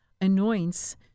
anoints